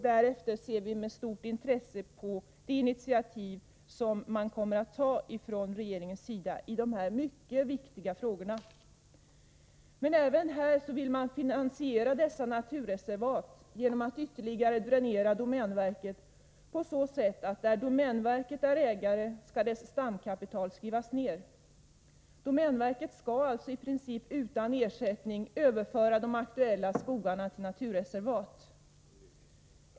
Därefter ser vi med stort intresse fram mot det initiativ som regeringen kommer att ta i dessa mycket viktiga frågor. Men även dessa naturreservat vill man finansiera genom att ytterligare dränera domänverket på så sätt, att där domänverket är ägare skall dess stamkapital skrivas ned. Domänverket skall alltså i princip utan ersättning överföra de aktuella skogarna till naturreservat.